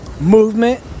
Movement